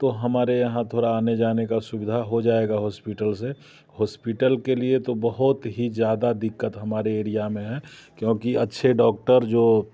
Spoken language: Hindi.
तो हमारे यहाँ थोड़ा आने जाने का सुविधा हो जाएगा हॉस्पिटल से हॉस्पिटल के लिए तो बहुत ही ज़्यादा दिक्कत हमारे एरिया में है क्योंकि अच्छे डॉक्टर जो